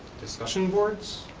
discussion boards,